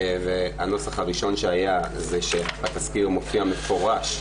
הנוסח הראשון שהיה זה שהתסקיר מופיע מפורש,